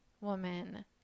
woman